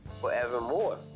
forevermore